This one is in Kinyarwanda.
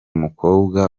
mukobwa